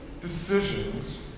decisions